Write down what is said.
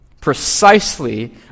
precisely